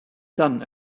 done